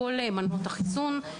בכל מנות החיסון.